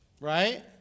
Right